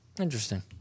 Interesting